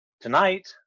Tonight